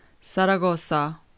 Saragossa